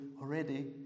already